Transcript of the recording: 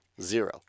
Zero